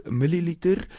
milliliter